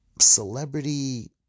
Celebrity